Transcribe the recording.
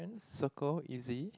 circle easy